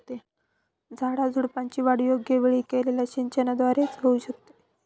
झाडाझुडपांची वाढ योग्य वेळी केलेल्या सिंचनाद्वारे च होऊ शकते